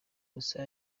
gusa